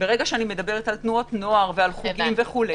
כשאני מדברת על תנועות נוער ועל חוגים וכו'